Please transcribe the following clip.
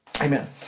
Amen